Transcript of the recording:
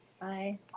Bye